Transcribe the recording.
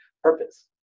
purpose